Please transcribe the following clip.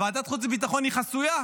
ועדת חוץ וביטחון היא חסויה,